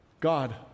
God